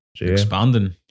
expanding